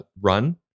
run